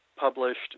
published